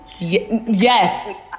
Yes